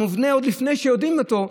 המובנה עוד לפני שיודעים אותו,